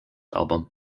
album